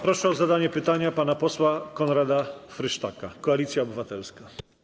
Proszę o zadanie pytania pana posła Konrada Frysztaka, Koalicja Obywatelska.